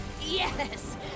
Yes